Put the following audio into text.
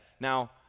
Now